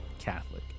Catholic